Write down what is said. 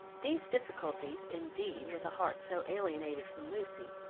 these difficulties, indeed, with a heart so alienated from lucy,